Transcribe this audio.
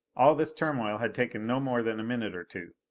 all this turmoil had taken no more than a minute or two.